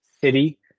city